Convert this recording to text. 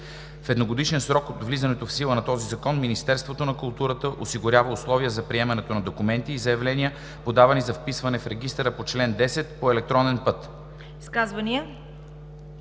В едногодишен срок от влизането в сила на този закон Министерството на културата осигурява условия за приемане на документи и заявления, подавани за вписване в регистъра по чл. 10, по електронен път“.